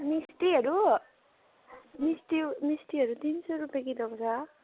मिस्टीहरू मिस्टी मिस्टीहरू तिन सौ रुपियाँ किलोको छ